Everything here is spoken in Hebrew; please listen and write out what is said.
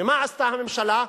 ומה עשתה הממשלה?